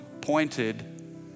pointed